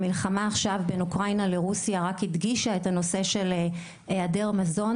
המלחמה עכשיו בין אוקראינה לרוסיה רק הדגישה את הנושא של היעדר מזון,